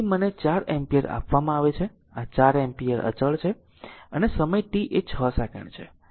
તેથી મને 4 એમ્પીયર આપવામાં આવે છે આ 4 એમ્પીયર અચળ છે અને સમય t એ 6 સેકન્ડ છે